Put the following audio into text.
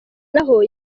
naho